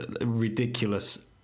ridiculous